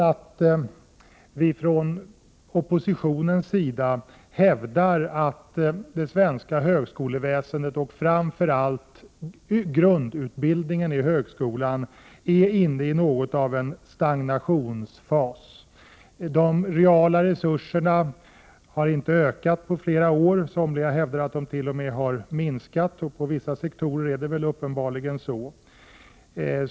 1988/89:104 sveska högskoleväsendet, och framför allt grundutbildningen i högskolan, 26 april 1989 behöver större resurser. Högskolan är inne i något av en stagnationsfas. De reala resurserna har inte ökat på flera år. Somliga hävdar att de t.o.m. har minskat, och på vissa sektorer är det uppenbarligen så.